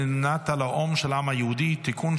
מדינת הלאום של העם היהודי (תיקון,